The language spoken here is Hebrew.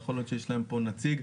יכול להיות שיש להם כאן נציג.